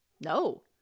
No